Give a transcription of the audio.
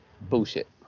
bullshit